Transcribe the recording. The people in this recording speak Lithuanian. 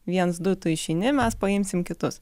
viens du tu išeini mes paimsim kitus